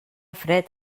fred